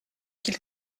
qu’il